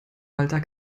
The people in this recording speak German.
walter